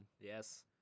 Yes